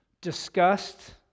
disgust